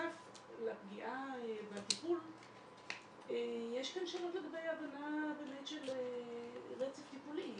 כשבנוסף לפגיעה בטיפול יש כאן שאלות לגבי ההבנה באמת של רצף טיפולי.